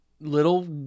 little